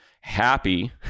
happy